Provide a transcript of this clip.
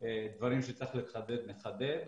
דברים שצריך לחדד, נחדד.